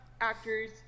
actors